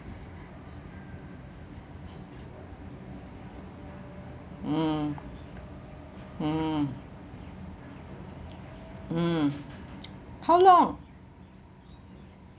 mm mm mm how long